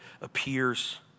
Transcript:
appears